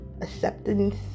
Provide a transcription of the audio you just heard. acceptance